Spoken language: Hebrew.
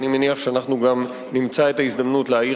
אני מניח שאנחנו גם נמצא את ההזדמנות להעיר